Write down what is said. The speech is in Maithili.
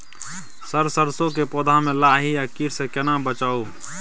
सर सरसो के पौधा में लाही आ कीट स केना बचाऊ?